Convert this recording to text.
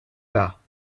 bas